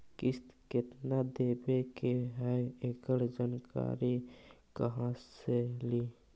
किस्त केत्ना देबे के है एकड़ जानकारी कहा से ली?